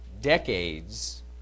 decades